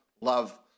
love